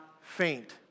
faint